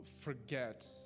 forget